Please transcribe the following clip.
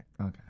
okay